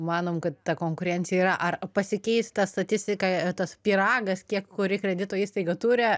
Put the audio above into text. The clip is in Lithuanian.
manom kad ta konkurencija yra ar pasikeis ta statistika tas pyragas kiek kuri kredito įstaiga turi